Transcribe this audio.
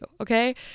okay